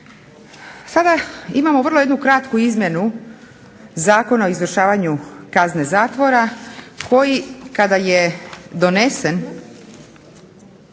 Sada imamo vrlo jednu kratku izmjenu Zakona o izvršavanju kazne zatvora koji kada je donesen